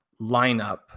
lineup